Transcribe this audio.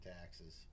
taxes